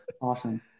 Awesome